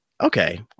okay